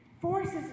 forces